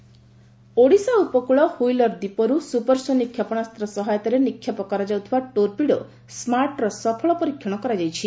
smart Odisha ଉପକୂଳ Wheeler ଦ୍ୱୀପରୁ supersonic କ୍ଷେପଣାସ୍ତ୍ର ସହାୟତାରେ ନିକ୍ଷେପ କରାଯାଉଥିବା ଟୋର୍ପିଡୋ ସ୍କାର୍ଟ୍ର ସଫଳ ପରୀକ୍ଷଣ କରାଯାଇଛି